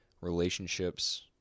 relationships